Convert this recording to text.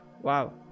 Wow